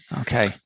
okay